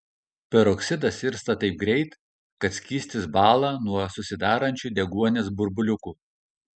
peroksidas irsta taip greit kad skystis bąla nuo susidarančių deguonies burbuliukų